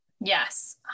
Yes